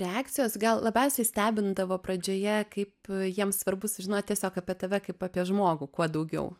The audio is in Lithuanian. reakcijos gal labiausiai stebindavo pradžioje kaip jiems svarbu sužinot tiesiog apie tave kaip apie žmogų kuo daugiau